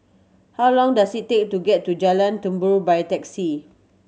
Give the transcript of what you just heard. how long does it take to get to Jalan Tambur by taxi